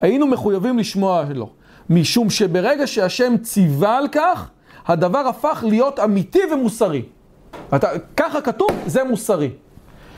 היינו מחויבים לשמוע לו, משום שברגע שהשם ציווה על כך הדבר הפך להיות אמיתי ומוסרי ככה כתוב זה מוסרי